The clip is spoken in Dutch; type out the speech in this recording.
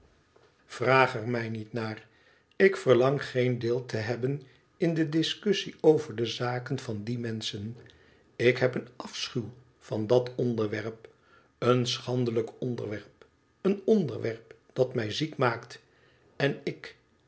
vraag er mij niet naar ik verlang geen deel te hebben in de discussie over de zaken van die menschen ik heb een afschuw van dat onderwerp een schandelijk onderwerp een onderwerp dat mij ziek maakt en ik